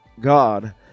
god